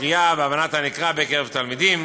קריאה והבנת הנקרא בקרב תלמידים.